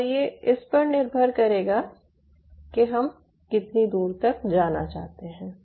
और ये इस पर निर्भर करेगा कि हम कितनी दूर तक जाना चाहते हैं